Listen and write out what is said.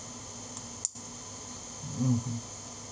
mmhmm